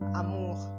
amour